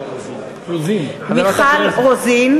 רוזין, חברת הכנסת.